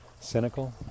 cynical